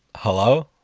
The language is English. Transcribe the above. hello?